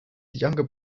younger